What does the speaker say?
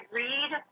read